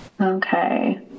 Okay